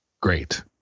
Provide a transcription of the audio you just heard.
great